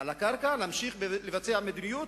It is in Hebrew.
על הקרקע, להמשיך לבצע מדיניות